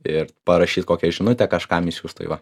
ir parašyt kokią žinutę kažkam išsiųst tai va